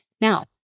Now